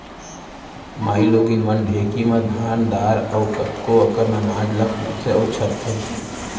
माइलोगन मन ढेंकी म धान दार अउ कतको अकन अनाज ल कुटथें अउ छरथें